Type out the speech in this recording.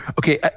Okay